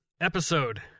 episode